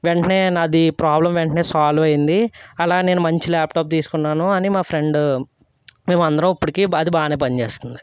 వెంటనే నాది ప్రాబ్లమ్ వెంటనే సాల్వ్ అయింది అలా నేను మంచి ల్యాప్టాప్ తీసుకున్నాను అని మా ఫ్రెండు మేము అందరం ఇప్పటికీ అది బాగానే పనిచేస్తుంది